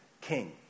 king